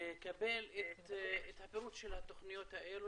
לקבל את הפירוט של התוכניות האלה,